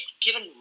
given